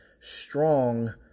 strong